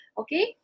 okay